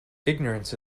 ignorance